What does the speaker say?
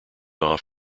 off